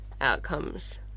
outcomes